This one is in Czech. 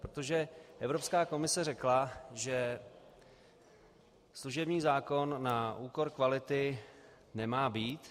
Protože Evropská komise řekla, že služební zákon na úkor kvality nemá být.